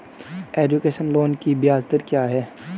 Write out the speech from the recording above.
Education loan की ब्याज दर क्या है?